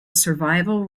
survival